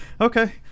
Okay